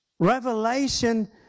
Revelation